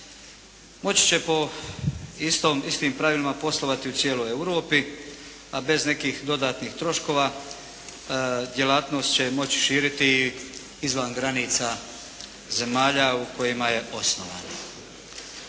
Moći će po istim pravilima poslovati u cijeloj Europi a bez nekih dodatnih troškova djelatnost će moći širiti izvan granica zemalja u kojima je osnovano.